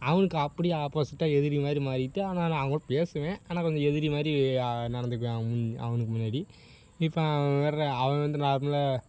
அவனுக்கு அப்படியே ஆப்போசிட்டாக எதிரி மாதிரி மாறிவிட்டு ஆனாலும் அவன்கூட பேசுவேன் ஆனால் கொஞ்சம் எதிரி மாதிரி நடந்துக்குவேன் அவன் மு அவனுக்கு முன்னாடி இப்போது அவன் வேறு அவன் வந்து நார்மலாக